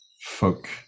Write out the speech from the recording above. folk